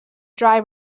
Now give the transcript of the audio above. dry